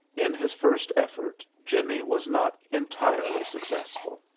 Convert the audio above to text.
in his first effort jimmie was not entirely successful.